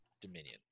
Dominion